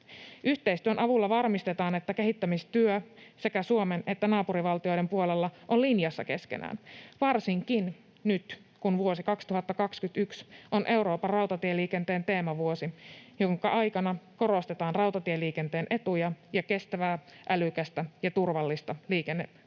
Yhteistyön avulla varmistetaan, että kehittämistyö sekä Suomen että naapurivaltioiden puolella on linjassa keskenään — varsinkin nyt, kun vuosi 2021 on Euroopan rautatieliikenteen teemavuosi, jonka aikana korostetaan rautatieliikenteen etuja ja kestävää, älykästä ja turvallista liikennemuotoa.